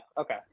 Okay